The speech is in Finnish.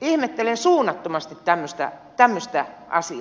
ihmettelen suunnattomasti tämmöistä asiaa